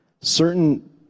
certain